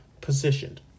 positioned